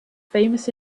famous